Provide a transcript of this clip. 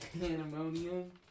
Pandemonium